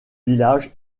village